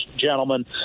gentlemen